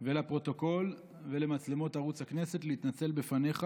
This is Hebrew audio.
ולפרוטוקול ולמצלמות הכנסת, ולהתנצל בפניך